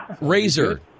Razor